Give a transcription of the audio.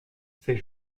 ses